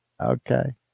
okay